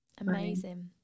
Amazing